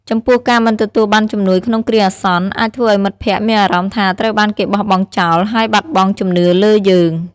ចំពោះ ការមិនទទួលបានជំនួយក្នុងគ្រាអាសន្ន អាចធ្វើឲ្យមិត្តភក្តិមានអារម្មណ៍ថាត្រូវបានគេបោះបង់ចោល ហើយបាត់បង់ជំនឿលើយើង។